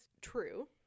true